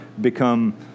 become